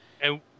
And-